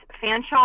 Fanshawe